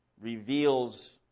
reveals